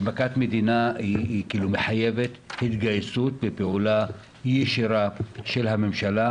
מכת מדינה מחייבת התגייסות ופעולה ישירה של הממשלה,